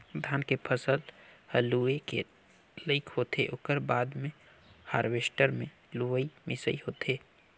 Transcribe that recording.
धान के फसल ह लूए के लइक होथे ओकर बाद मे हारवेस्टर मे लुवई मिंसई होथे